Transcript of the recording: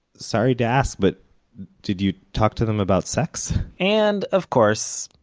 sorry to ask, but did you talk to them about sex? and of course,